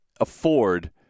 afford